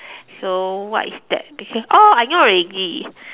so what is that oh I know already